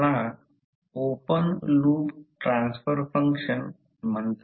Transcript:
परंतु जर इतर मार्गाने पाहिले तर जर फ्लक्सची दिशा ही असेल तर हे असे आहे